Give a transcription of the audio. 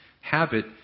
Habit